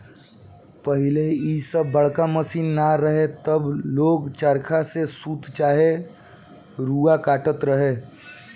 पहिले जब इ सब बड़का मशीन ना रहे तब लोग चरखा से सूत चाहे रुआ काटत रहे